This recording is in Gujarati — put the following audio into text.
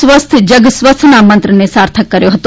સ્વસ્થ જગ સ્વસ્થના મંત્રને સાર્થક કર્યો હતો